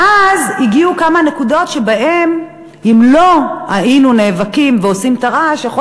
ואז הגיעו כמה נקודות שאם לא היינו נאבקים ועושים את הרעש לגביהן,